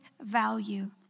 value